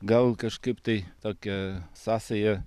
gal kažkaip tai tokią sąsają